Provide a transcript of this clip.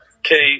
Kate